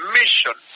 mission